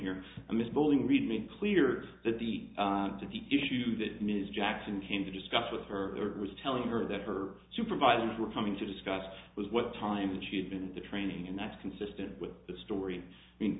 here ms bolling reed made clear that the to the issue that ms jackson came to discuss with her was telling her that her supervisors were coming to discuss with what time she had been in the training and that's consistent with the story i mean